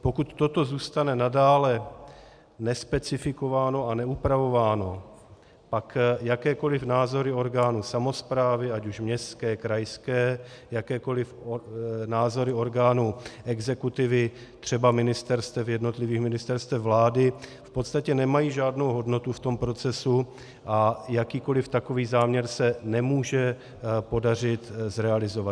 Pokud toto zůstane nadále nespecifikováno a neupravováno, pak jakékoliv názory orgánů samosprávy ať už městské, krajské, jakékoliv názory orgánů exekutivy, třeba jednotlivých ministerstev vlády, v podstatě nemají žádnou hodnotu v tom procesu a jakýkoliv takový záměr se nemůže podařit zrealizovat.